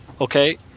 okay